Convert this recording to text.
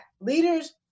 leaders